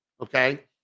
Okay